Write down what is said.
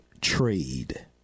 trade